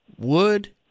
wood